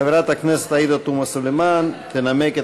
חברת הכנסת עאידה תומא סלימאן תנמק את